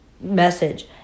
message